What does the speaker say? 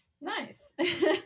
Nice